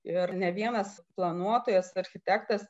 ir ne vienas planuotojas architektas